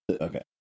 Okay